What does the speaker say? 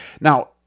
Now